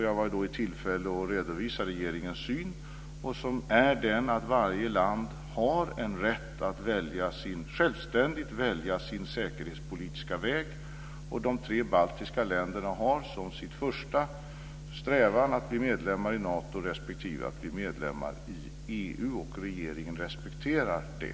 Jag var då i tillfälle att redovisa regeringens syn, som är den att varje land har en rätt att självständigt välja sin säkerhetspolitiska väg. De tre baltiska länderna har som sin första strävan att bli medlem i Nato respektive EU, och regeringen respekterar det.